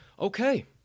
Okay